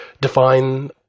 define